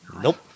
Nope